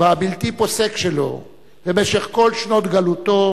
והבלתי-פוסק שלו במשך כל שנות גלותו